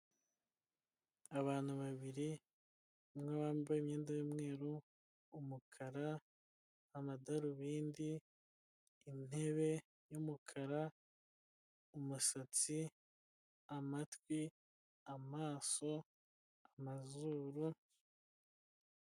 Abantu babiri umwe wambaye imyenda y'umweru, umukara, amadarobindi, intebe y'umukara, umusatsi, amatwi, amaso, amazuru.